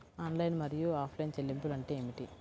Online మరియు offline చెల్లింపులు అంటే ఏమిటి?